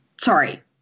sorry